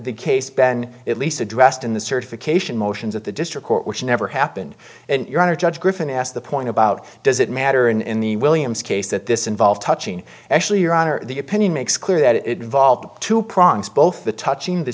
e case ben at least addressed in the certification motions at the district court which never happened and your honor judge griffin asked the point about does it matter in the williams case that this involved touching actually your honor the opinion makes clear that it involved two prongs both the touching the